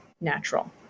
natural